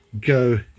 Go